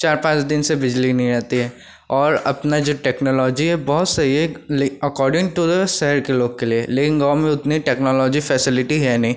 चार पाँच दिन से बिजली नहीं रहती है और अपनी जो टेक्नोलोजी है बहुत सही है ले अकोर्डिंग टू द शहर के लोग के लिए लेकिन गाँव में उतनी टेक्नोलोजी फेसिलिटी है नहीं